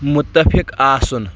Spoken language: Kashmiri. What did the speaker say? مُتفِق آسُن